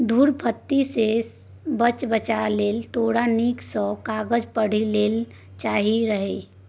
धुरफंदी सँ बचबाक लेल तोरा नीक सँ कागज पढ़ि लेबाक चाही रहय